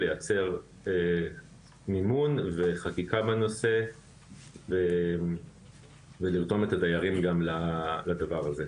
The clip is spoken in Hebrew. לייצר מימון וחקיקה בנושא ולרתום גם את הדיירים לדבר הזה.